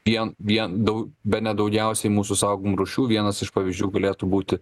vien vien daug bene daugiausiai mūsų saugomų rūšių vienas iš pavyzdžių galėtų būti